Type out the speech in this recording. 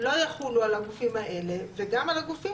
לא יחולו על הגופים האלה וגם על הגופים